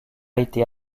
été